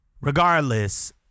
Regardless